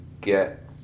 get